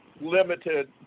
limited